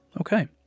Okay